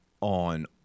on